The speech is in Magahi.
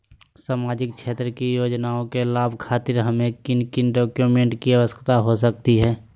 सामाजिक क्षेत्र की योजनाओं के लाभ खातिर हमें किन किन डॉक्यूमेंट की आवश्यकता हो सकता है?